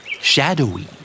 Shadowy